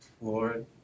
Lord